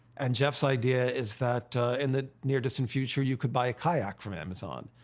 and jeff's idea is that in the near-distant future, you could buy a kayak from amazon.